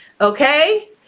Okay